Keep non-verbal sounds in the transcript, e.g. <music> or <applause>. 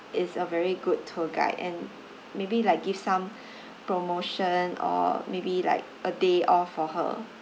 is a very good tour guide and maybe like give some <breath> promotion or maybe like a day off for her